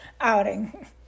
outing